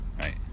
right